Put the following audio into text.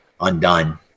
undone